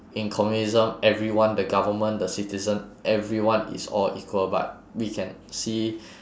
in communism everyone the government the citizen everyone is all equal but we can see